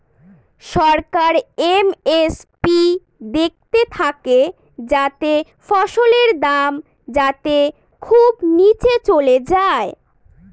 সরকার MSP দেখতে থাকে যাতে ফসলের দাম যাতে খুব নীচে চলে যায়